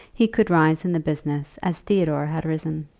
he could rise in the business as theodore had risen.